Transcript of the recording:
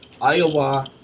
Iowa